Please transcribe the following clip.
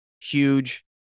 Huge